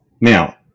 Now